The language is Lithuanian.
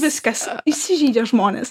viskas įsižeidė žmonės